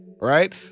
Right